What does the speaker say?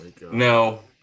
No